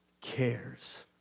cares